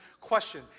question